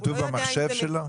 כתוב במחשב שלו?